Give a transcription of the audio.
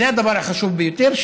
זה הדבר החשוב ביותר,